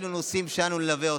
אלה נושאים שאנו נלווה.